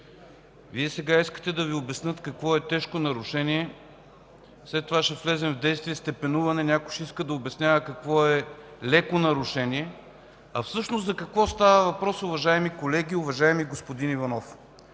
Вие сега искате да Ви обяснят какво е тежко нарушение, след това ще влезем в действие степенуване, някой ще иска да обяснява какво е леко нарушение. А всъщност за какво става въпрос, уважаеми колеги, уважаеми господин Иванов?